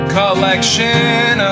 collection